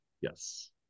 Yes